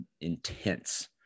intense